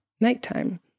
nighttime